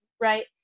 right